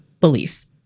beliefs